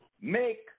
make